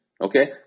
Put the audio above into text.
Okay